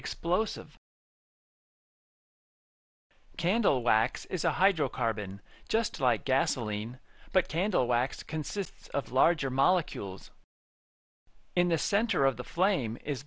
explosive candle wax is a hydrocarbon just like gasoline but candle wax consists of larger molecules in the center of the flame is